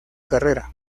carrera